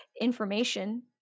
information